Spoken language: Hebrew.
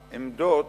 בעמדות